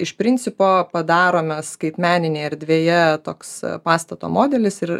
iš principo padarome skaitmeninėj erdvėje toks pastato modelis ir